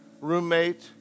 roommate